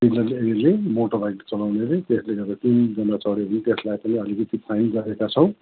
motorbike चलाउनेले त्यसले गर्दा तिनजना चढ्यो भने त्यसलाई पनि अलिकति फाइन गरेका छौँ